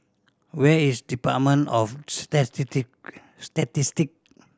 where is Department of Statistic